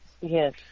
Yes